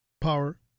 power